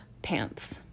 pants